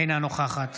אינה נוכחת